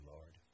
Lord